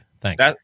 Thanks